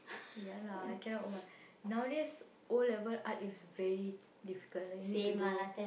ya lah I cannot O one nowadays O-level art is very difficult like you need to do